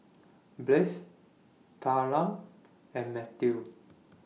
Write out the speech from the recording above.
Blaise Tamra and Matthew